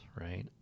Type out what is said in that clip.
Right